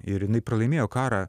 ir jinai pralaimėjo karą